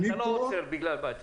אתה לא עוצר בגלל בעיה תקציבית.